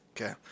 Okay